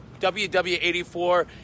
WW84